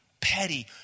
petty